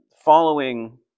following